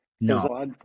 No